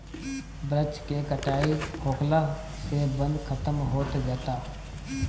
वृक्ष के कटाई होखला से वन खतम होत जाता